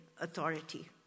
authority